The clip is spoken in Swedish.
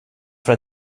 för